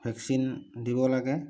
vaccine দিব লাগে